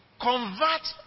convert